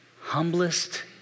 humblest